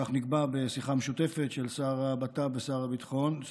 כך נקבע בשיחה משותפת של שר הבט"פ ושר הביטחון.